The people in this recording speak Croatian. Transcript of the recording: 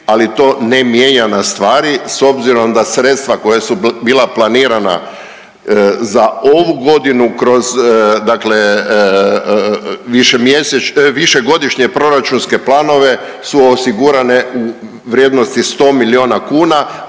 ali to ne mijenja na stvari s obzirom da sredstva koja su bila planirana za ovu godinu kroz, dakle višemjesečne, višegodišnje proračunske planove su osigurane u vrijednosti od 100 miliona kuna,